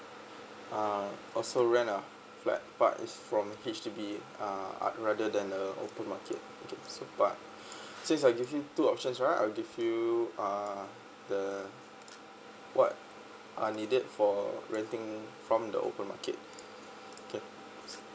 uh also rent a flat part from H_D_B uh rather than uh open market okay so but since I give you two options right I'll give you uh the what are needed for renting from the open market okay